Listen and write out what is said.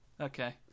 Okay